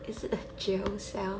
is it a jail cell